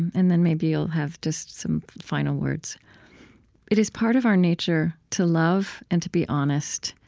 and then maybe you'll have just some final words it is part of our nature to love and to be honest.